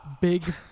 Big